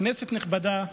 כנסת נכבדה,